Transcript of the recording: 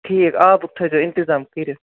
ٹھیٖکھ آبُک تھٲوزیٚو اِنتِظام کٔرِتھ